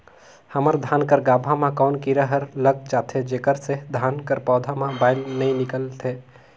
हमर धान कर गाभा म कौन कीरा हर लग जाथे जेकर से धान कर पौधा म बाएल नइ निकलथे?